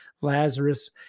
Lazarus